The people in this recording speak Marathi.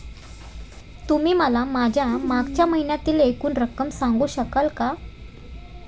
तुम्ही मला माझ्या मागच्या महिन्यातील एकूण रक्कम सांगू शकाल का?